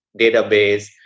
database